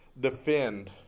defend